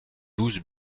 douze